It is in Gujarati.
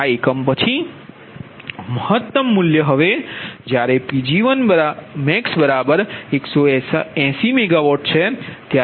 આ એકમ પછી મહત્તમ મૂલ્ય હવે જ્યારે Pg1Pg1max180MW છે